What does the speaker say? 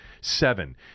seven